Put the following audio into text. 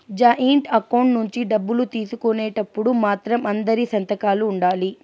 joint account నుంచి డబ్బులు తీసుకునేటప్పుడు మాత్రం అందరి సంతకాలు ఉండాలి